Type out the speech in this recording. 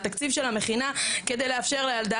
מהתקציב של המכינה כדי לאפשר לילדה